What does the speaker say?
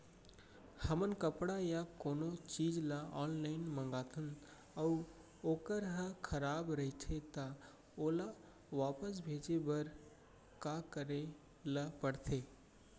हमन कपड़ा या कोनो चीज ल ऑनलाइन मँगाथन अऊ वोकर ह खराब रहिये ता ओला वापस भेजे बर का करे ल पढ़थे?